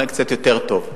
אולי קצת יותר טוב.